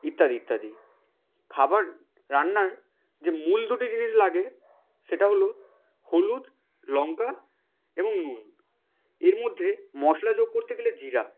ইত্যাদি ইত্যাদি খাবার রান্নার যে মূল দুটি জিনিস লাগে সেটা হলো হলুদ লঙ্কা এবং নুন এর মধ্যে মশলা যোগ করতে গেলে জিরা